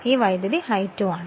ഈ current I2 ആണ്